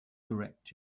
correct